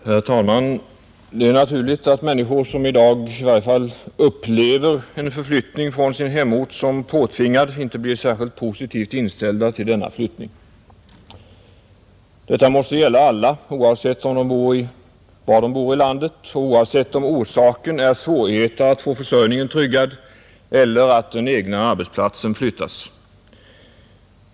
Herr talman! Det är naturligt att människor som i dag i varje fall upplever en förflyttning från sin hemort som påtvingad, inte blir särskilt positivt inställda till denna flyttning. Detta måste gälla alla — oavsett var de bor i landet och oavsett om orsaken är svårigheter att få försörjningen tryggad eller att den egna arbetsplatsen flyttas.